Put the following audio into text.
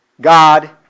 God